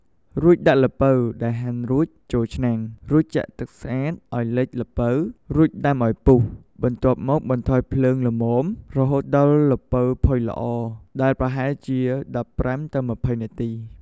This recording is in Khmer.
រួចដាក់ល្ពៅដែលហាន់រួចចូលឆ្នាំង រួចចាក់ទឹកស្អាតឲ្យលិចល្ពៅ រួចដាំឲ្យពុះ បន្ទាប់មកបន្ថយភ្លើងល្មម រហូតដល់ល្ពៅផុយល្អ ដែលប្រហែលជា ១៥-២០ នាទី។